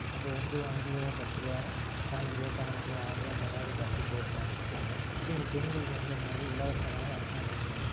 அப்போது வந்து அஞ்சு ரூபாவும் பத்து ரூபா பாய்ஞ்சு ரூபா பன்னெண்டு ரூபா ஆறுபா இந்த மாதிரி பஸ்ஸுக்கு போய்ட்ருந்தாங்க பெண்கள் இப்போ பெண்களுக்கு வந்து என்னாகுது இலவசமாக அரசாங்கம் கொடுத்துருக்கு